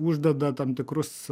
uždeda tam tikrus